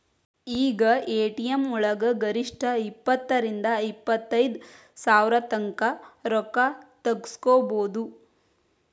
ಈಗ ಎ.ಟಿ.ಎಂ ವಳಗ ಗರಿಷ್ಠ ಇಪ್ಪತ್ತರಿಂದಾ ಇಪ್ಪತೈದ್ ಸಾವ್ರತಂಕಾ ರೊಕ್ಕಾ ತಗ್ಸ್ಕೊಬೊದು